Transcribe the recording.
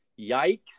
yikes